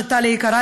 טלי היקרה,